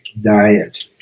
diet